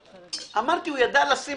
אמרתי, הוא ידע לשים